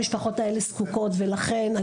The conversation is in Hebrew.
המשפחות האלה זקוקות ולכן,